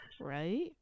Right